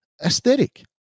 aesthetic